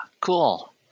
cool